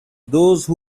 those